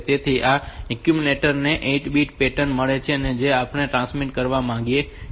તેથી આ એક્યુમ્યુલેટર ને 8 બીટ પેટર્ન મળી છે જેને આપણે ટ્રાન્સમિટ કરવા માંગીએ છીએ